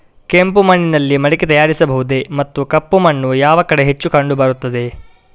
ಕೆಂಪು ಮಣ್ಣಿನಲ್ಲಿ ಮಡಿಕೆ ತಯಾರಿಸಬಹುದೇ ಮತ್ತು ಕಪ್ಪು ಮಣ್ಣು ಯಾವ ಕಡೆ ಹೆಚ್ಚು ಕಂಡುಬರುತ್ತದೆ?